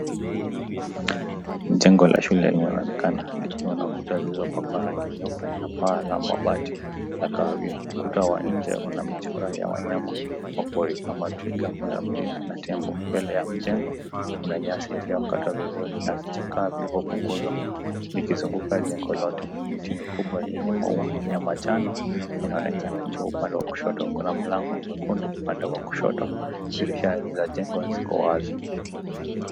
Jengo la shule linaonekana likiwa na kuta zilizopakwa rangi nyeupe na paa la mabati la kahawia. Ukuta wa nje una michoro ya wanyama wa pori kama twiga, pundamilia na tembo. Mbele ya mjengo kuna nyasi iliyokatwa vizuri na vichakaa vilivyopunguzwa vikizunguka jengo lote. Mti mkubwa yenye maua ya manjano inaonekana juu upande wa kushoto. Kuna mlango mwekundu upande wa kushoto dirisha za jengo ziko wazi.